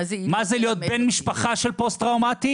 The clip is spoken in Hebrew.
מה זה להיות בן משפחה של פוסט טראומטי